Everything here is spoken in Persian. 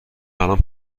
الان